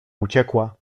uciekła